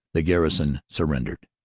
the garrison surrendered.